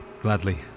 Gladly